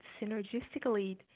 synergistically